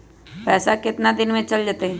पैसा कितना दिन में चल जतई?